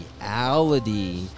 reality